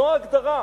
זו ההגדרה.